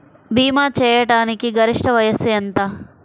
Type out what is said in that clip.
భీమా చేయాటానికి గరిష్ట వయస్సు ఎంత?